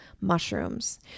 mushrooms